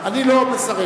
אני לא מסרב.